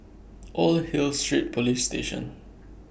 Old Hill Street Police Station